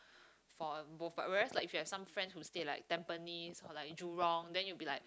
for both but whereas like if have some friends who stay like Tampines or like Jurong then you be like